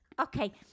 Okay